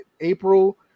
April